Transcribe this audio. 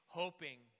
hoping